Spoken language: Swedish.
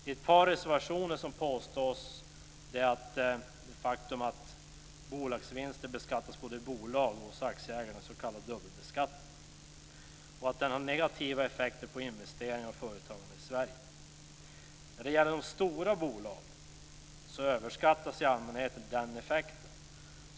I ett par reservationer pekas på det faktum att bolagsvinster beskattas både i bolaget och hos aktieägaren, den s.k. dubbelbeskattningen, och på att den har negativa effekter på investeringar och företagande i Sverige. När det gäller de stora bolagen överskattas i allmänhet den effekten.